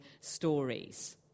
stories